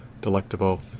delectable